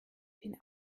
den